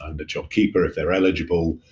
and jobkeeper if they're eligible,